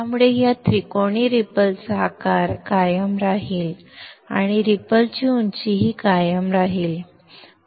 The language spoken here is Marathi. त्यामुळे या त्रिकोणी रिपल चा आकार कायम राहील आणि रिपल ची उंचीही कायम राहील